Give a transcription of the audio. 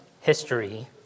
history